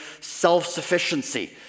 self-sufficiency